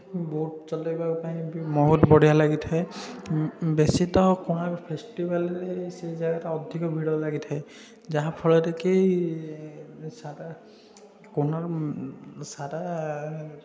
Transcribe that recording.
boat ଚଲାଇବା ପାଇଁ ବି ବହୁତ ବଡ଼ିଆ ଲାଗିଥାଏ ବେଶି ତ କୋଣାର୍କ ଫେଷ୍ଟିଭାଲ୍ରେ ସେ ଜାଗାରେ ଅଧିକ ଭିଡ଼ ଲାଗିଥାଏ ଯାହାଫଳରେ କି ସାରା କୋଣାର୍କ ସାରା